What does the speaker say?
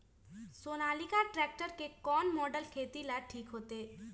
Sonalika tractor के कौन model खेती ला ठीक होतै?